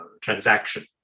transaction